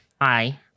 Hi